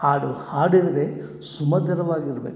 ಹಾಡು ಹಾಡಿದರೆ ಸುಮಧುರವಾಗಿರ್ಬೇಕು